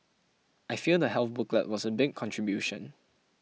I feel the health booklet was a big contribution